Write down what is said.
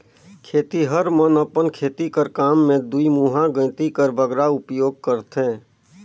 खेतिहर मन अपन खेती कर काम मे दुईमुहा गइती कर बगरा उपियोग करथे